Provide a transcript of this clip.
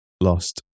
lost